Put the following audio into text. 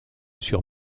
sur